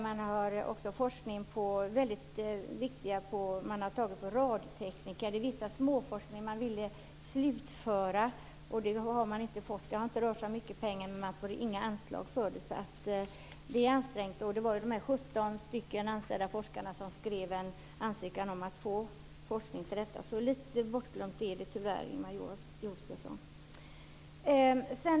Man har också bedrivit väldigt viktig forskning på radiotekniker. Vissa små forskningsprojekt har man velat slutföra men det har man inte fått. Det har inte rört sig om mycket pengar, men man får inga anslag för detta. Det är ansträngt. Det var 17 anställda forskare som skrev en ansökan om att få forskning till detta område. Lite bortglömt är det tyvärr, Ingemar Josefsson.